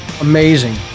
Amazing